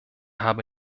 habe